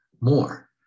more